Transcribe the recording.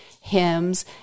hymns